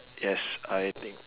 yes I think